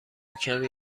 کمی